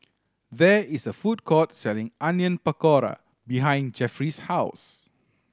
there is a food court selling Onion Pakora behind Geoffrey's house